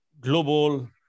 global